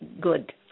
good